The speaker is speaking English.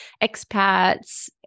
expats